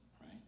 right